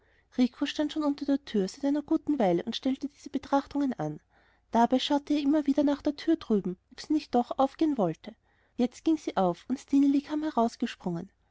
stand schon unter der tür seit einer guten weile und stellte diese betrachtungen an dabei schaute er immer wieder nach der tür drüben ob sie noch nicht aufgehen wollte jetzt ging sie auf und stineli kam herausgesprungen